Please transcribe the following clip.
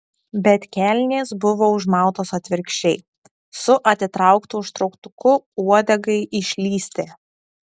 bet kelnės buvo užmautos atvirkščiai su atitrauktu užtrauktuku uodegai išlįsti